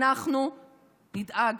אנחנו נדאג